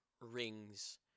rings